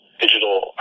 digital